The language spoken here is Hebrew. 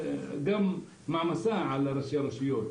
יוצר מעמסה על ראשי הרשויות,